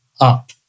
up